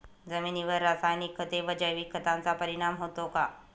जमिनीवर रासायनिक खते आणि जैविक खतांचा परिणाम होतो का?